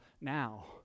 now